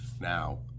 Now